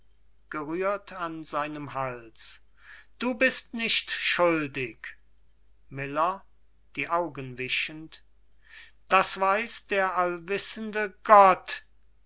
du bist nicht schuldig miller die augen wischend das weiß der allwissende gott